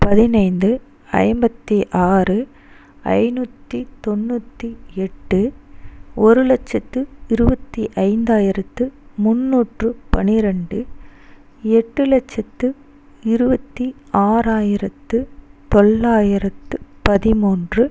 பதினைந்து ஐம்பத்தி ஆறு ஐநூற்றி தொண்ணூற்றி எட்டு ஒரு லட்சத்து இருபத்தி ஐந்தாயிரத்து முந்நூற்று பனிரெண்டு எட்டு லட்சத்து இருபத்தி ஆறாயிரத்து தொள்ளாயிரத்து பதிமூன்று